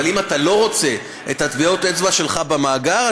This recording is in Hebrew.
אבל אם אתה לא רוצה את טביעות האצבע שלך במאגר,